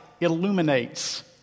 illuminates